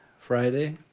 Friday